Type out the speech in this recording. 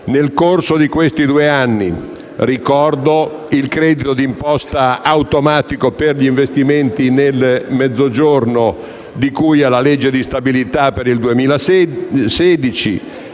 nel corso degli ultimi due anni. Ricordo il credito d'imposta automatico per gli investimenti nel Mezzogiorno di cui alla legge di stabilità per il 2016,